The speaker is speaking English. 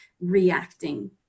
reacting